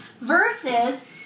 Versus